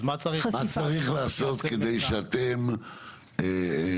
אז מה צריך לעשות כדי שאתם תוכלו